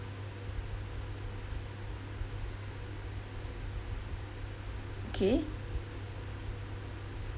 okay